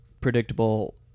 predictable